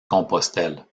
compostelle